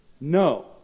No